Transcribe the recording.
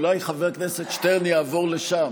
אולי חבר הכנסת שטרן יעבור לשם.